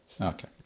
okay